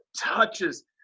touches